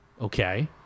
okay